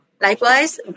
Likewise